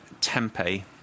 Tempe